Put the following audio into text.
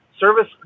Service